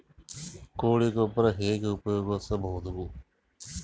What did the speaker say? ಕೊಳಿ ಗೊಬ್ಬರ ಹೆಂಗ್ ಉಪಯೋಗಸಬಹುದು?